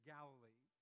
Galilee